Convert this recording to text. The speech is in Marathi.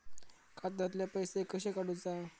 खात्यातले पैसे कशे काडूचा?